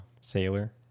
Sailor